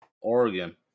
Oregon